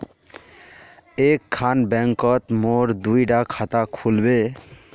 एक खान बैंकोत मोर दुई डा खाता खुल बे?